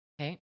Okay